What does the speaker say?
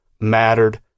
mattered